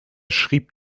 schrieb